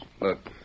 Look